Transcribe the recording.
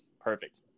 perfect